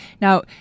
Now